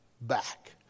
back